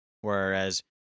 Whereas